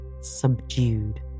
subdued